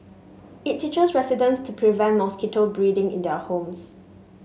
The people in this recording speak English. it teaches residents to prevent mosquito breeding in their homes